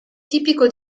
tipico